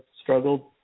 struggled